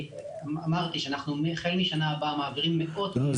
אמרתי שאנחנו החל משנה הבאה מעבירים מאות --- לא,